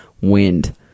wind